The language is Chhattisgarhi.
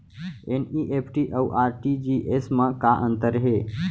एन.ई.एफ.टी अऊ आर.टी.जी.एस मा का अंतर हे?